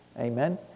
amen